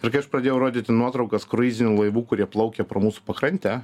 ir kai aš pradėjau rodyti nuotraukas kruizinių laivų kurie plaukia pro mūsų pakrantę